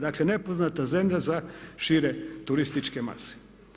Dakle, nepoznata zemlja za šire turističke mase.